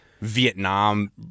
Vietnam